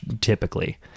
typically